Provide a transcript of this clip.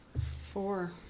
Four